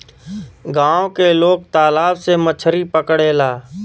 गांव के लोग तालाब से मछरी पकड़ेला